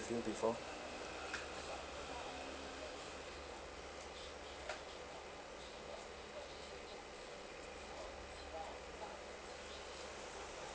with you before